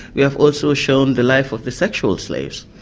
we have also ah shown the life of the sexual slaves.